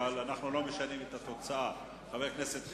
אבל אנחנו לא משנים את התוצאה: חבר הכנסת חנין,